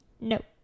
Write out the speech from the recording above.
Nope